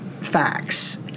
facts